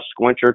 Squincher